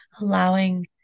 allowing